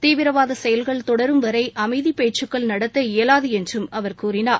தீவிரவாதச் செயல்கள் தொடரும் வரை அமைதிப் பேச்சுகள் நடத்த இயலாது என்றும் அவர் கூறினார்